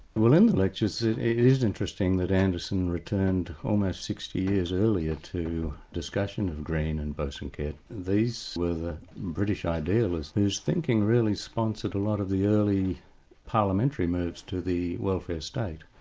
well in the lectures it is interesting that anderson returned almost sixty years earlier to discussion of green and bosanquet. these were the british idealists whose thinking really sponsored a lot of the early parliamentary moves to the welfare state.